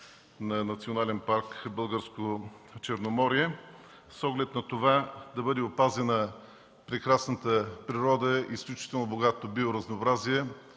с оглед на това да бъде опазена прекрасната природа, изключително богатото биоразнообразие